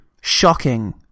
shocking